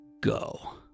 go